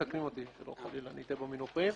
מתקנים אותי, שלא חלילה נטעה במינוחים.